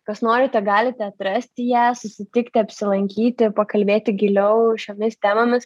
kas norite galite atrasti ją susitikti apsilankyti pakalbėti giliau šiomis temomis